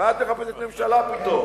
מה את מחפשת ממשלה פתאום.